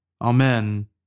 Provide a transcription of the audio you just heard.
Amen